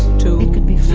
to be